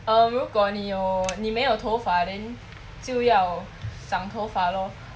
um 如果你有你没有头发 then 就要长头发 lor